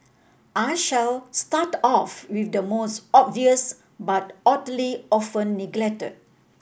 I shall start off with the most obvious but oddly often neglected